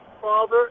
father